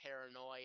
paranoia